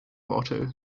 otto